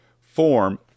form